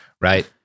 right